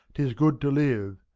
tis good to live,